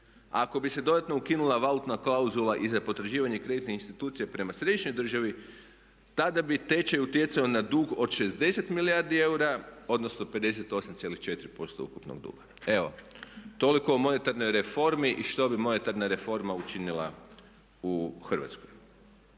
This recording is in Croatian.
Ako bi se dodatno ukinula valutna klauzula i za potraživanje kreditne institucije prema središnjoj državi, tada bi tečaj utjecao na dug od 60 milijardi eura, odnosno 58,4% ukupnog duga. Evo toliko o monetarnoj reformi i što bi monetarna reforma učinila u Hrvatskoj.